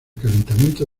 calentamiento